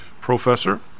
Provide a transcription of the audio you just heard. professor